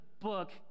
book